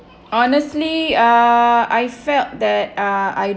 honestly uh I felt that uh I